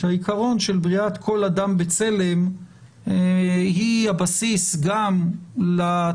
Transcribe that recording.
מדובר בעיקרון של בריאת כל אדם בצלם הוא הבסיס גם לתפיסה